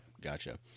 Gotcha